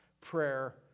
prayer